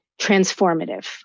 Transformative